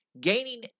gaining